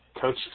coach